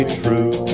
true